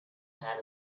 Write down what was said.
had